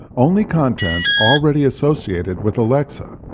only content already associated with alexa.